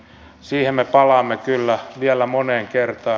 siihen me palaamme kyllä vielä moneen kertaan